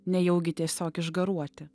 nejaugi tiesiog išgaruoti